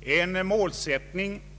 En målsättning formulerad